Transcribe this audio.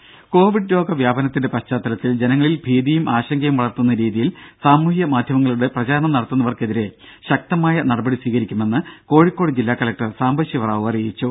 രുഭ കോവിഡ് രോഗ വ്യാപനത്തിന്റെ പശ്ചാത്തലത്തിൽ ജനങ്ങളിൽ ഭീതിയും ആശങ്കയും വളർത്തുന്ന രീതിയിൽ സാമൂഹ്യ മാധ്യമങ്ങളിലൂടെ പ്രചാരണം നടത്തുന്നവർക്കെതിരെ ശക്തമായ നടപടി സ്വീകരിക്കുമെന്ന് കോഴിക്കോട് ജില്ലാ കലക്ടർ സാംബശിവ റാവു പറഞ്ഞു